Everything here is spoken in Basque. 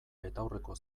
betaurreko